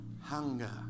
Hunger